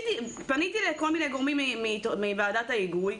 פניתי לכל מיני גורמים בוועדת ההיגוי,